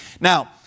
Now